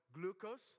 glucose